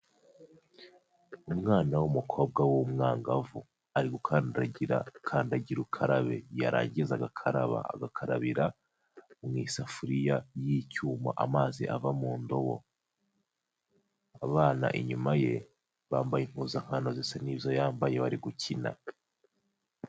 Umwana w'umukobwa w'umwangavu ari gukandagira kandagira ukarabe, yarangiza agakaraba, agakarabira mu isafuriya y'icyuma, amazi ava mu ndobo, abana inyuma ye bambaye impuzankano zisa n'izo yambaye, bari gukina.